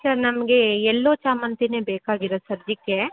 sir ನಮಗೆ ಎಲ್ಲೋ ಚಾಮಂತಿನೇ ಬೇಕಾಗಿರೋದು ಸದ್ಯಕ್ಕೆ